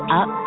up